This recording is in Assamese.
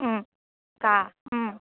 কা